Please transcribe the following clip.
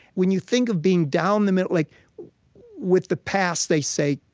when you think of being down the middle like with the past, they say,